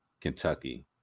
Kentucky